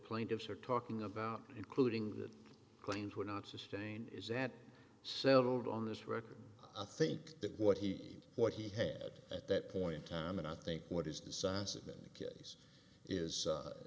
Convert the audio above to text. plaintiffs are talking about including the claims were not sustain is that settled on his record i think that what he what he had at that point time and i think what is